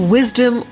Wisdom